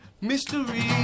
mystery